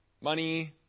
Money